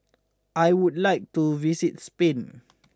I would like to visit Spain